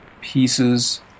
pieces